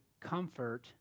comfort